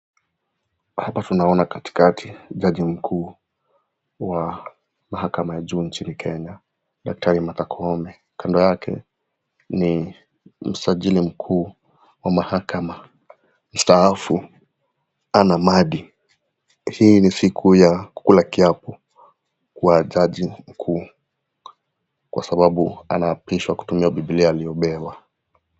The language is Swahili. Hapa tunaona katikati jaji mkuu wa mahakama ya juu inchini Kenya, Daktari Martha Koome. Kando yake ni msajili mkuu wa mahakama mstaafu Anna Madi. Hii ni siku ya kula kiapo kwa jaji mkuu kwa sababu anaapishwa kutumia bibilia aliyopewa.